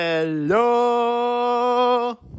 Hello